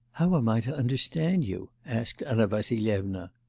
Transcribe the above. how am i to understand you asked anna vassilyevna.